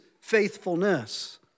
faithfulness